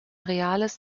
reales